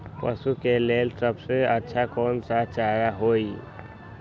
पशु के लेल सबसे अच्छा कौन सा चारा होई?